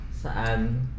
saan